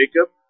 Jacob